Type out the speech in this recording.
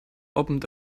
opened